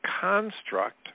construct